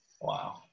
Wow